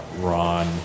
Ron